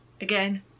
again